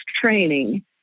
training